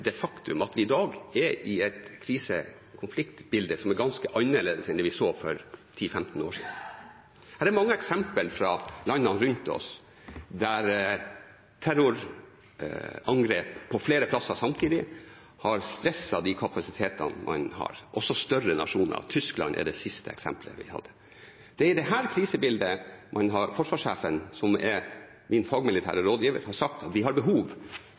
i dag har et krise- og konfliktbilde som er ganske annerledes enn det vi så for 10–15 år siden. Det er mange eksempler fra landene rundt oss, der terrorangrep på flere steder samtidig har stresset de kapasitetene man har, også i større nasjoner. Tyskland er det siste eksempelet. Det er i dette krisebildet forsvarssjefen, som er min fagmilitære rådgiver, har sagt at vi har behov